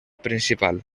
principal